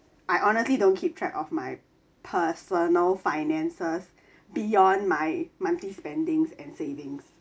I honestly don't keep track of my personal finances beyond my monthly spendings and savings